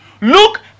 Look